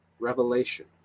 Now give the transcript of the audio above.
revelation